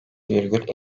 virgül